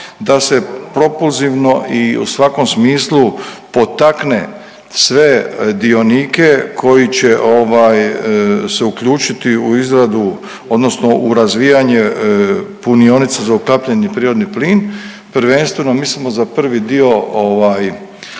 da se propulzivno i u svakom smislu potakne sve dionike koji će se uključiti u izradu, odnosno u razvijanje punionica za ukapljeni prirodni plin. Prvenstveno mislimo za prvi dio